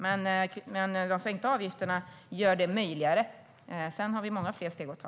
Men de sänkta avgifterna gör att möjligheten blir större, men sedan har vi många fler steg att ta.